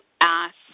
ask